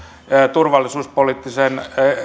turvallisuuspoliittisen